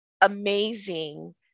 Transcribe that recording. amazing